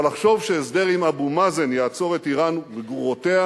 אבל לחשוב שהסדר עם אבו מאזן יעצור את אירן וגרורותיה